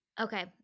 Okay